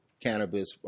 cannabis